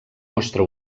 mostra